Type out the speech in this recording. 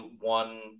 one